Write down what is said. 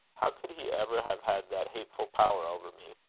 how could he ever have had that hateful power over me?